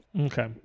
okay